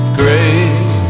great